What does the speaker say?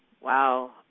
Wow